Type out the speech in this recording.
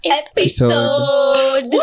episode